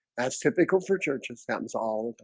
that's typical for church and sam's all